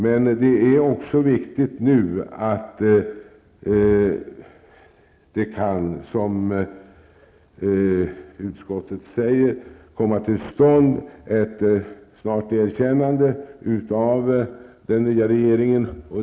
Men det är också viktigt, som utskottet säger, att det kan komma till stånd ett snabbt erkännande av den nya regeringen.